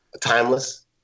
timeless